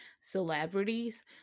celebrities